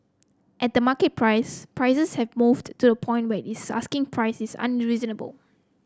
at the market price prices have moved to a point where this asking prices is not unreasonable